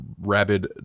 rabid